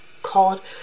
called